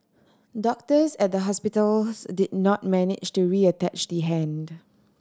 doctors at the hospitals did not manage to reattach the hand